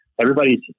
everybody's